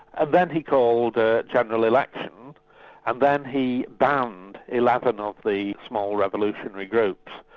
and then he called a general election and then he banned eleven of the small revolutionary groups.